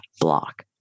block